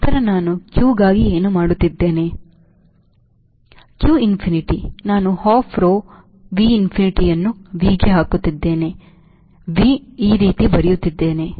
ನಂತರ ನಾನು q ಗಾಗಿ ಏನು ಮಾಡುತ್ತಿದ್ದೇನೆ ಅನಂತ ನಾನು half rho V infinityನ್ನು V ಗೆ ಹಾಕುತ್ತಿದ್ದೇನೆ V ಈ ರೀತಿ ಬರೆಯುತ್ತಿದ್ದೇನೆ